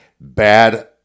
bad